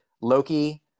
Loki